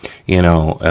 you know,